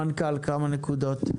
בבקשה, המנכ"ל כמה נקודות.